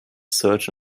search